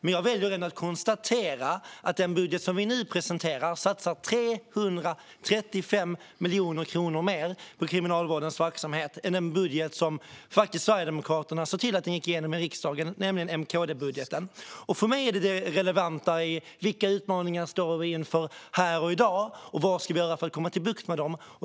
Men jag väljer att konstatera att den budget som vi nu presenterar har en satsning på 335 miljoner kronor mer på Kriminalvårdens verksamhet än den budget som faktiskt Sverigedemokraterna bidrog till att få igenom i riksdagen, nämligen M-KD-budgeten. För mig är det relevanta vilka utmaningar vi står inför här och i dag och vad vi ska göra för att få bukt med dem.